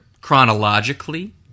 Chronologically